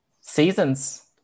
seasons